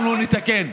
אנחנו נתקן.